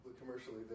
commercially